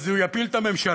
אז הוא יפיל את הממשלה.